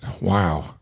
wow